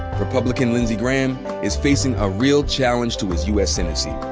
republican lindsey graham is facing a real challenge to his u. s. senate seat.